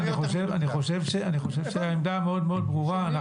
אני חושב שהעמדה מאוד מאוד ברורה.